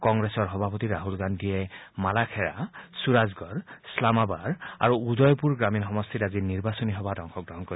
কংগ্ৰেছৰ সভাপতি ৰাহুল গান্ধীয়ে মালাখেড়া চুৰাজগড় শ্লামাবাৰ আৰু উদয়পুৰ গ্ৰামীণ সমষ্টিত আজি নিৰ্বাচনী সভাত অংশগ্ৰহণ কৰিব